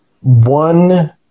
one